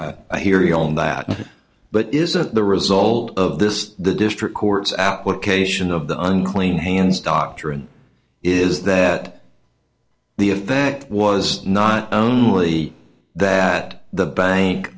i hear you on that but isn't the result of this the district courts out what cation of the unclean hands doctrine is that the effect was not only that the bank